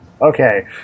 Okay